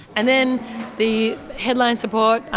and then the headline support,